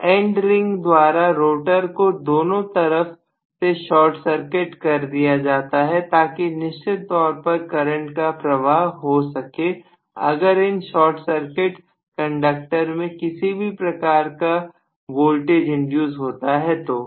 तो end ring द्वारा rotor को दोनों तरफ से शॉर्ट सर्किट कर दिया जाता है ताकि निश्चित तौर पर करंट का प्रवाह हो सके अगर इन शॉर्ट सर्किट कंडक्टर में किसी भी प्रकार का वोल्टेज इंड्यूस होता है तो